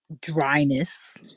Dryness